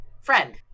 friend